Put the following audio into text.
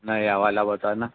नया वाला बताना